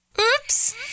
Oops